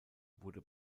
wurde